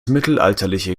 mittelalterliche